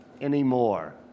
anymore